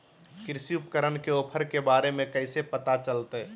कृषि उपकरण के ऑफर के बारे में कैसे पता चलतय?